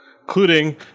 Including